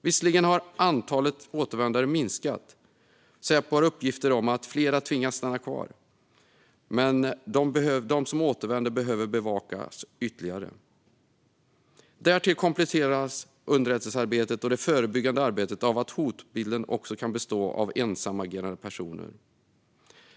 Visserligen har antalet återvändande minskat. Säpo har uppgifter om att flera tvingas stanna kvar, men de som återvänder behöver bevakas ytterligare. Därtill kompliceras underrättelsearbetet och det förebyggande arbetet av att hotbilden också kan bestå av ensamagerande personer.